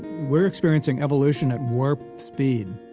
we're experiencing evolution at warp speed